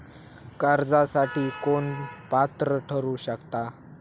कर्जासाठी कोण पात्र ठरु शकता?